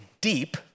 deep